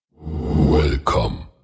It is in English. Welcome